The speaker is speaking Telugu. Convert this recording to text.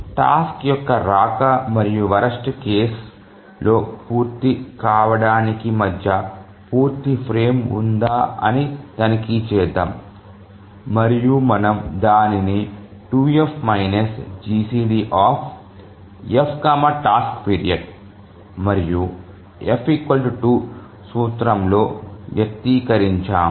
టాస్క్ యొక్క రాక మరియు వరస్ట్ కేసు లో పూర్తి కావడానికి మధ్య పూర్తి ఫ్రేమ్ ఉందా అని తనిఖీ చేద్దాం మరియు మనము దానిని 2F GCDFtask period మరియు F 2 సూత్రంలో వ్యక్తీకరించాము